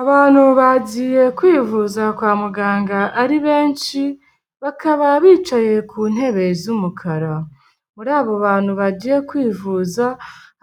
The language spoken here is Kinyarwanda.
Abantu bagiye kwivuza kwa muganga ari benshi, bakaba bicaye ku ntebe z'umukara, muri abo bantu bagiye kwivuza